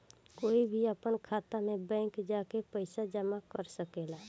कोई भी आपन खाता मे बैंक जा के पइसा जामा कर सकेला